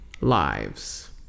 lives